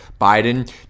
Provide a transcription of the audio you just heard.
biden